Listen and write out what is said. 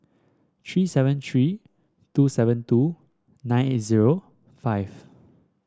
three seven three two seven two nine eight zero five